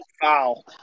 foul